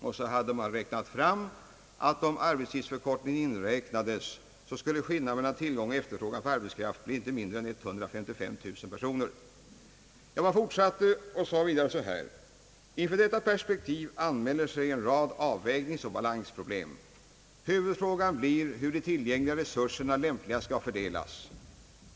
Man hade räknat fram att om arbetstidsförkortning inräknades skulle skillnaden mellan efterfrågan och tillgång på arbetskraft bli inte mindre än 155 000 personer. Utredningen fortsatte: »Inför detta perspektiv anmäler sig en rad avvägningsoch balansproblem. Huvudfrågan blir hur de tillgängliga resurserna lämpligast skall fördelas.